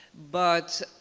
but